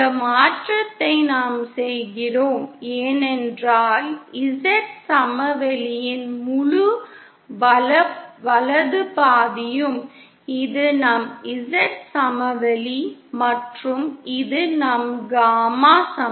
இந்த மாற்றத்தை நாம் செய்கிறோம் ஏனென்றால் Z சமவெளியின் முழு வலது பாதியும் இது நம் Z சமவெளி மற்றும் இது நம் காமா சமவெளி